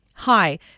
Hi